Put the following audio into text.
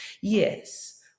yes